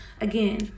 again